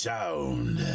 Sound